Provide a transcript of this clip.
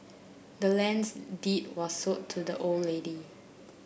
the land's deed was sold to the old lady